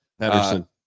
Peterson